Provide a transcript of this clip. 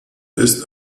ist